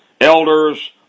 elders